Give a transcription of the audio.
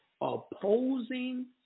opposing